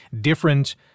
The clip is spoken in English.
different